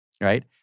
right